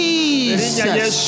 Jesus